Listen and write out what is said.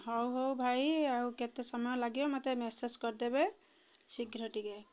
ହଉ ହଉ ଭାଇ ଆଉ କେତେ ସମୟ ଲାଗିବ ମୋତେ ମେସେଜ୍ କରିଦେବେ ଶୀଘ୍ର ଟିକିଏ